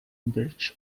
bridge